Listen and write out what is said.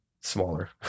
smaller